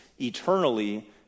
eternally